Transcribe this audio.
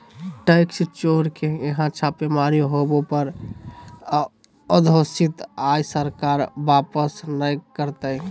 tax चोर के यहां छापेमारी होबो पर अघोषित आय सरकार वापस नय करतय